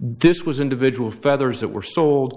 this was individual feathers that were sold